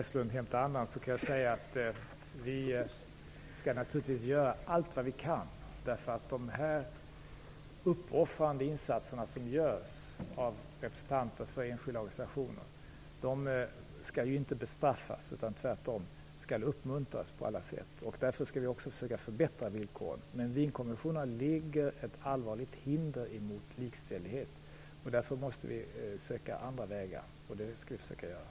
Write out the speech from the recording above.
Fru talman! Vi skall naturligtvis göra allt vi kan. De uppoffrande insatser som görs av representanter för enskilda organisationer skall inte bestraffas utan tvärtom uppmuntras på alla sätt. Därför skall vi också försöka att förbättra villkoren. Men Wienkonventionerna utgör ett allvarligt hinder mot likställighet och därför måste vi söka andra vägar. Det skall vi försöka att göra.